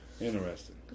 interesting